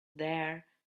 there